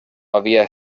havia